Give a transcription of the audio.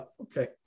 Okay